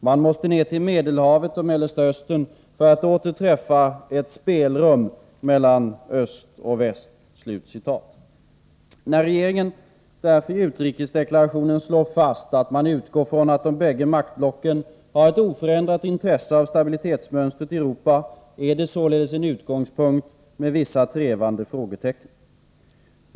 Man måste ner till Medelhavet och Mellersta Östern för att åter träffa ett spelrum” mellan Öst och Väst.” När regeringen därför i utrikesdeklarationen slår fast att man utgår från att de båda maktblocken har ett oförändrat intresse av stabilitet i det politiska mönstret i Europa, är det således en utgångspunkt med vissa trevande frågetecken.